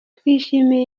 twishimire